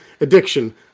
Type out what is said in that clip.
addiction